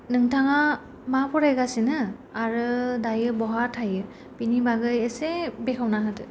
नोंथाङा मा फरायगासिनो आरो दायो बहा थायो बेनि बागै एसे बेखेवना होदो